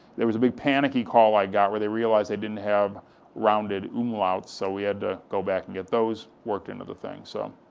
there's the big panicky call i got, where they realized they didn't have rounded umlauts, so we had to go back and get those worked into the thing, so.